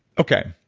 okay.